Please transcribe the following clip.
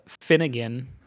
Finnegan